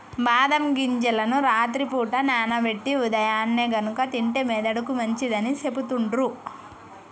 బాదం గింజలను రాత్రి పూట నానబెట్టి ఉదయాన్నే గనుక తింటే మెదడుకి మంచిదని సెపుతుండ్రు